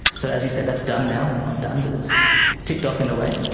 so, as you said, that's done now, well, not done, but it's ticked off in a way.